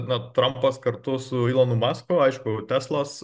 na trampas kartu su ylonu masku aišku teslos